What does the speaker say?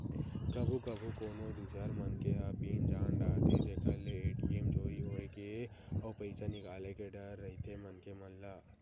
कभू कभू कोनो दूसर मनखे ह पिन जान डारथे जेखर ले ए.टी.एम चोरी होए के अउ पइसा निकाले के डर रहिथे मनखे मन ल